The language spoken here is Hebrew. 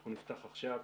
אנחנו נפתח עכשיו